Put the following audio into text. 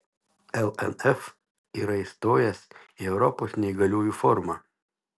lnf yra įstojęs į europos neįgaliųjų forumą